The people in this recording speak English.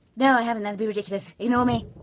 no i haven't, that'd be ridiculous, ignore me.